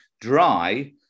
Dry